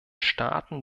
staaten